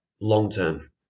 long-term